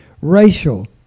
racial